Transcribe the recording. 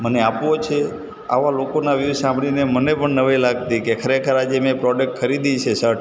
મને આપવો છે આવા લોકોનાં વિવે સાંભળીને મને પણ નવાઇ લાગતી કે ખરેખર આ જે મેં પ્રોડક્ટ ખરીદી છે સર્ટ